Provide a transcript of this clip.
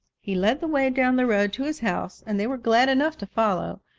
he led the way down the road to his house and they were glad enough to follow.